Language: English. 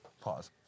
Pause